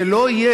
זה לא יהיה.